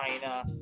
China